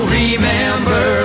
remember